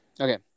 okay